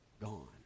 gone